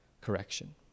Correction